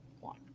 one